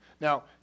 Now